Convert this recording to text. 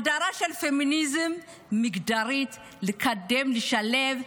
הגדרה של הפמיניזם היא מגדרית, לקדם, לשלב,